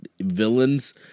villains